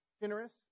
generous